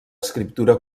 escriptura